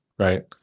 Right